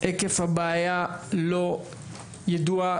היקף הבעיה לא ידוע,